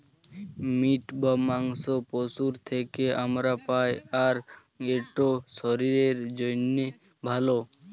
meet বা মাংস পশুর থ্যাকে আমরা পাই, আর ইট শরীরের জ্যনহে ভাল